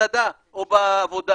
במסעדה או בעבודה